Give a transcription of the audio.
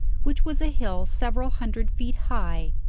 which was a hill several hundred feet high,